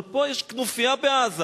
אבל פה יש כנופיה בעזה